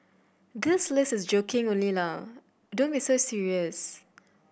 this list is joking only ah don't be so serious